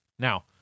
Now